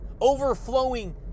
overflowing